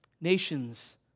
Nations